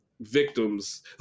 victims